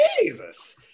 Jesus